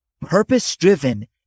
Purpose-driven